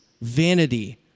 vanity